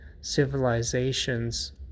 civilizations